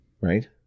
right